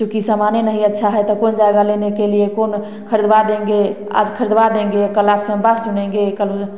क्योंकि समाने नहीं अच्छा है तो कौन जाएगा लेने के लिए कौन खरीदवा देंगे आज खरीदवा देंगे कल आपसे हम बात सुनेंगे कल